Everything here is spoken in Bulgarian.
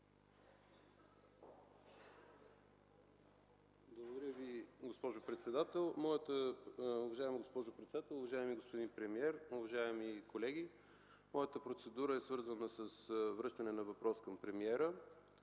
Ви, госпожо председател. Уважаема госпожо председател, уважаеми господин премиер, уважаеми колеги, моята процедура е свързана с връщане на въпрос към премиера.